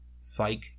psych